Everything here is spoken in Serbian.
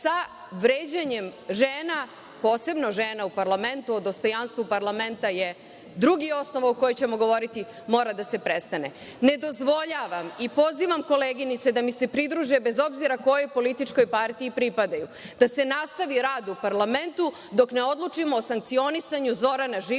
sa vređanjem žena, posebno žena u parlamentu, o dostojanstvu parlamenta je drugi osnov o kojem ćemo govoriti, mora da se prestane. Ne dozvoljavam i pozivam koleginice da mi se pridruže, bez obzira kojoj političkoj partiji pripadaju, da se nastavi rad u parlamentu dok ne odlučimo o sankcionisanju Zorana Živkovića.